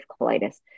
colitis